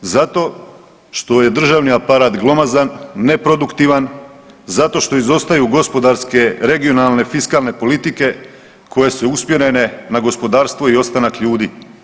Zato što je državni aparat glomazan, neproduktivan, zato što izostaju gospodarske regionalne fiskalne politike koje su usmjerene na gospodarstvo i ostanak ljudi.